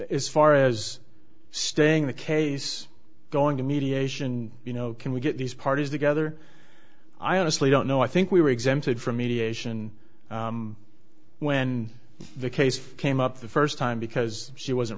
as far as staying the case going to mediation you know can we get these parties together i honestly don't know i think we were exempted from mediation when the case came up the first time because she wasn't